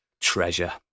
treasure